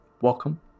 welcome